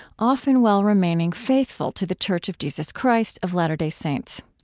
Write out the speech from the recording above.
often while remaining faithful to the church of jesus christ of latter-day saints.